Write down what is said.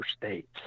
states